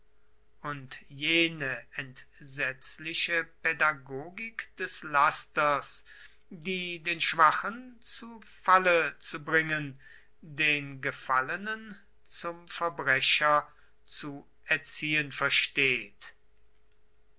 und jene entsetzliche pädagogik des lasters die den schwachen zu falle zu bringen den gefallenen zum verbrecher zu erziehen versteht